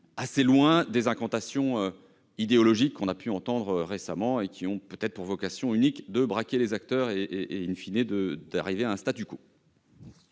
assez loin des incantations idéologiques qu'on a pu entendre récemment et qui ont peut-être pour vocation unique de braquer les acteurs et,, de maintenir le.